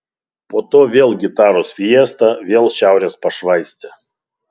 po to vėl gitaros fiesta vėl šiaurės pašvaistė